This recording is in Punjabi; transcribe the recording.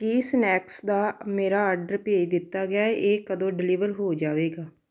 ਕੀ ਸਨੈਕਸ ਦਾ ਮੇਰਾ ਆਡਰ ਭੇਜ ਦਿੱਤਾ ਗਿਆ ਹੈ ਇਹ ਕਦੋਂ ਡਿਲੀਵਰ ਹੋ ਜਾਵੇਗਾ